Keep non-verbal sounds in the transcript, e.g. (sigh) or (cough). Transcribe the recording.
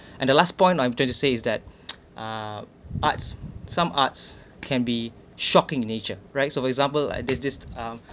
(breath) and the last point I'm trying to say is that (noise) uh arts some arts can be shocking in nature right so for example like this this um